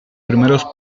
primeros